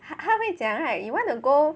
他会讲 right you want to go